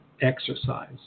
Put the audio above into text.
exercise